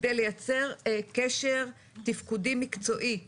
כדי לייצר קשר תפקודי מקצועי ביניהם,